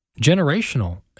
generational